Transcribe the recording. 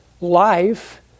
life